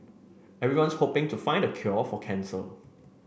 everyone's hoping to find the cure for cancer